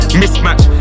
mismatch